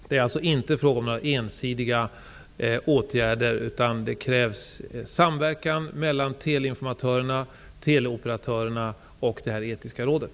Det är alltså inte frågan om ensidiga åtgärder, utan det krävs samverkan mellan teleinformatörerna, teleoperatörerna och det etiska rådet.